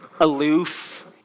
aloof